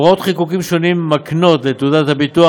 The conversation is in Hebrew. הוראות חיקוקים שונים מקנות לתעודת הביטוח